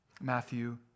Matthew